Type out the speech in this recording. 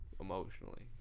emotionally